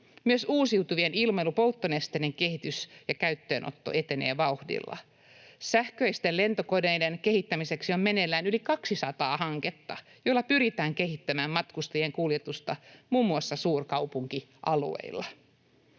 Myös uusiutuvien ilmailupolttonesteiden kehitys ja käyttöönotto etenevät vauhdilla. Sähköisten lentokoneiden kehittämiseksi on meneillään yli 200 hanketta, joilla pyritään kehittämään matkustajien kuljetusta muun muassa suurkaupunkialueilla.